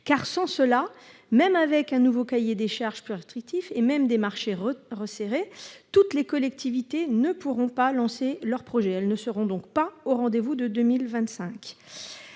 Sans cela, même avec un nouveau cahier des charges plus restrictif et des marchés resserrés, toutes les collectivités ne pourront pas lancer leurs projets et être au rendez-vous de 2025.